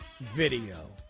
video